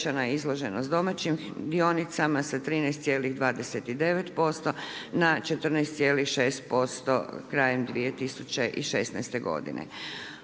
izloženost domaćim dionicama sa 13,29% na 14,6% krajem 2016. godine.